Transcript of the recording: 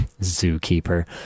Zookeeper